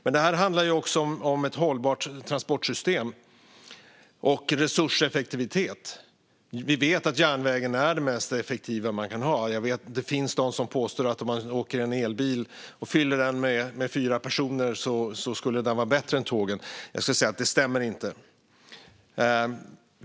Men det handlar också om ett hållbart transportsystem och resurseffektivitet. Vi vet att järnvägen är det mest effektiva man kan ha. Det finns de som påstår att om man åker elbil och fyller den med fyra personer så skulle den vara bättre än tågen. Det stämmer inte.